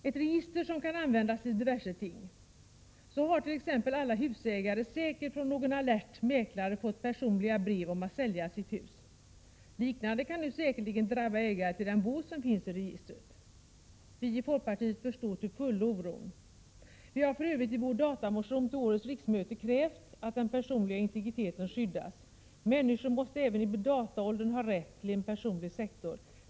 Ett register kan användas till diverse ting. Så har t.ex. alla husägare säkert från någon alert mäklare fått personliga brev om att sälja sitt hus. Något liknande kan nu säkerligen drabba ägare till den båt som finns i registret. Vi i folkpartiet förstår till fullo oron. Vi har för övrigt i vår datamotion till årets riksmöte krävt att den personliga integriteten skyddas. Människor måste även i dataåldern ha rätt till en personlig sektor.